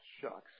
shucks